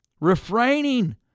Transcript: Refraining